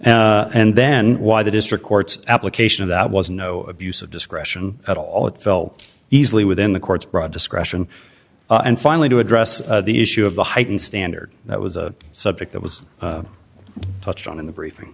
act and then why the district court's application of that was no abuse of discretion at all it felt easily within the court's broad discretion and finally to address the issue of the heightened standard that was a subject that was touched on in the briefing